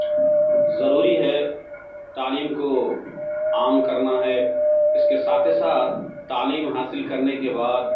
ضروری ہے تعلیم کو عام کرنا ہے اس کے ساتھے ساتھ تعلیم حاصل کرنے کے بعد